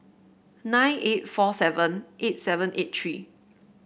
nine eight four seven eight seven eight three